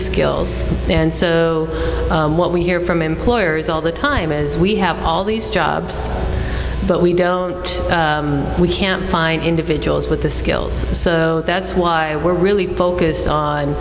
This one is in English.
skills and so what we hear from employers all the time is we have all these jobs but we don't we can't find individuals with the skills so that's why we're really focused on